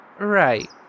Right